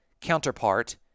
counterpart